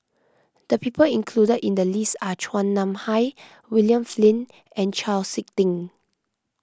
the people included in the list are Chua Nam Hai William Flint and Chau Sik Ting